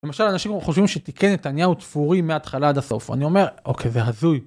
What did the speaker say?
למשל אנשים חושבים שתיקי נתניהו תפורים מההתחלה עד הסוף אני אומר אוקיי זה הזוי